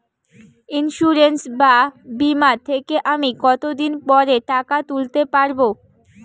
Insurance বা বিমা থেকে আমি কত দিন পরে টাকা তুলতে পারব?